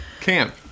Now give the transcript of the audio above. camp